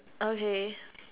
okay